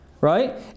right